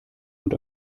und